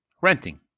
renting